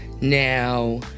Now